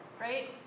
right